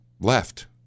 left